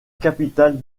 capitale